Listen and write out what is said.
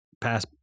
pass